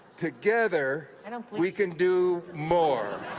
together, and um we can do more.